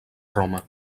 roma